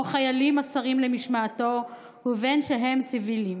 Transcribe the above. חיילים הסרים למשמעתו ובין שהם ציווילים,